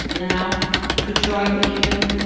now to join even,